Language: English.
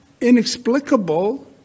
inexplicable